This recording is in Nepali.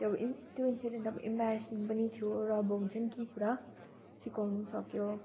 त्यो अब इन त्यो इन्सिडेन्ट आबो इम्बारासिङ पनि थियो र अब हुन्छ नि केही कुरा सिकाउनु पनि सक्यो